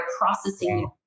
processing